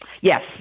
Yes